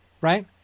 right